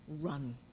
run